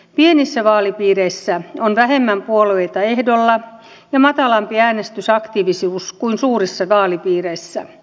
pienissä vaalipiireissä on vähemmän puolueita ehdolla ja matalampi äänestysaktiivisuus kuin suurissa vaalipiireissä